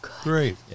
great